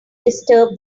disturbed